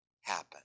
happen